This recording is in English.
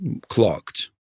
clogged